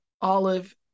olive